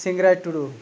ᱥᱤᱝᱨᱟᱹᱭ ᱴᱩᱰᱩ